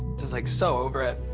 just, like, so over it.